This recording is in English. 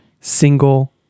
single